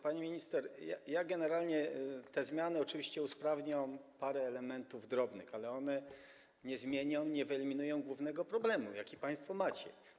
Pani minister, generalnie te zmiany oczywiście usprawnią parę drobnych elementów, ale one nie zmienią, nie wyeliminują głównego problemu, jaki państwo macie.